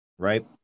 right